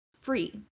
free